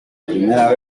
primera